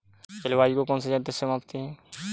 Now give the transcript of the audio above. जलवायु को कौन से यंत्र से मापते हैं?